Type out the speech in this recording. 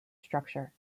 structure